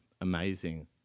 amazing